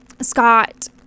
Scott